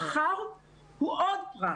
השכר הוא עוד פרט,